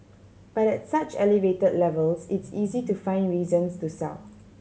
but at such elevated levels it's easy to find reasons to sell